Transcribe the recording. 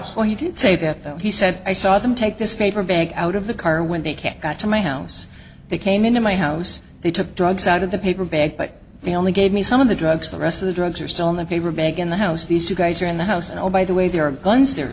he did say that he said i saw them take this paper bag out of the car when they can't get to my house they came into my house they took drugs out of the paper bag but they only gave me some of the drugs the rest of the drugs are still in the paper bag in the house these two guys are in the house and oh by the way there are guns there